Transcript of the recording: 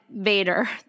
Vader